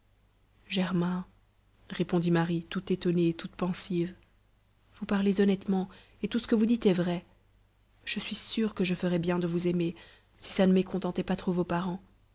germain répondit marie tout étonnée et toute pensive vous parlez honnêtement et tout ce que vous dites est vrai je suis sûre que je ferais bien de vous aimer si ça ne mécontentait pas trop vos parents